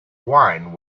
wine